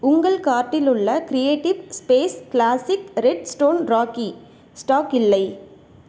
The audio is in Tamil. உங்கள் கார்ட்டில் உள்ள creative space classic red stone rocky stock இல்லை